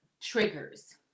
triggers